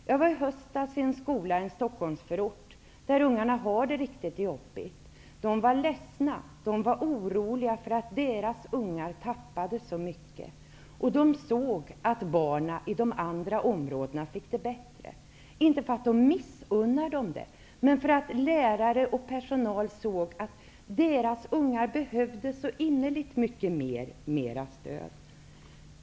Jag besökte i höstas en skola i en Stockholmsförort där ungarna har det riktigt jobbigt. Lärarna och den övriga skolpersonalen var ledsna och oroliga för att deras ungar tappade så mycket, samtidigt som de såg att barnen i de andra områdena fick det bättre. Inte så att de missunnar dem det, men lärare och personal såg att deras ungar behövde så innerligt mycket mera stöd.